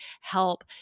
help